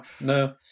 no